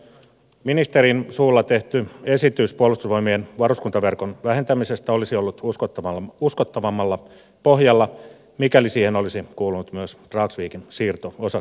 ministerin suulla tehty esitys puolustusvoimien varuskuntaverkon vähentämisestä olisi ollut uskottavammalla pohjalla mikäli siihen olisi kuulunut myös dragsvikin siirto osaksi upinniemeä